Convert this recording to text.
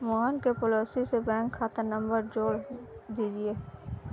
मोहन के पॉलिसी से बैंक खाता नंबर जोड़ दीजिए